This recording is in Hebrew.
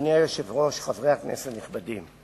אדוני היושב-ראש, חברי כנסת נכבדים,